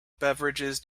beverages